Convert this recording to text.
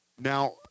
Now